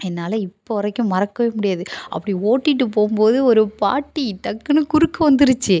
என்னால் இப்போது வரைக்கும் மறக்கவே முடியாது அப்படி ஓட்டிகிட்டு போகும்போது ஒரு பாட்டி டக்குன்னு குறுக்க வந்துடுச்சி